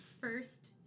first